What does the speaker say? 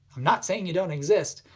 i'm not saying you don't exist,